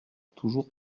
toujours